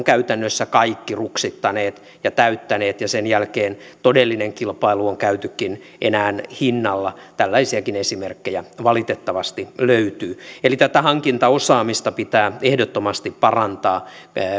käytännössä ruksittaneet ja täyttäneet ja sen jälkeen todellinen kilpailu on käytykin enää hinnalla tällaisiakin esimerkkejä valitettavasti löytyy eli tätä hankintaosaamista pitää ehdottomasti parantaa